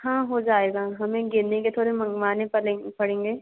हाँ हो जाएगा हमे गेंदे के थोड़े मँगवाने पड़ेंगे